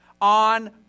on